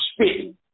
spitting